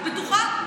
את בטוחה?